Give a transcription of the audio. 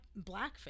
blackface